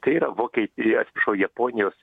tai yra vokietija atsiprašau japonijos